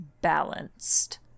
balanced